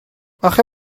اخه